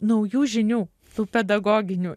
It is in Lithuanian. naujų naujų žinių tų pedagoginių